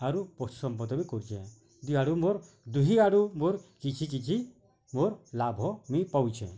ଆରୁ ପଶୁ ସମ୍ପଦ ବି କରୁଛେଁ ଦି ଆଡ଼ୁ ମୋର୍ ଦୁଇ ଆଡ଼ୁ ମୋର୍ କିଛି କିଛି ମୋର୍ ଲାଭ୍ ମୁଇଁ ପାଉଛେଁ